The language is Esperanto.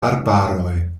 arbaroj